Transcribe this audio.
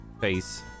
face